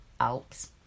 Alps